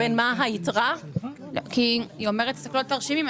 היא מדברת על תרשימים,